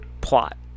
plot